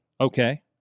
okay